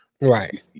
Right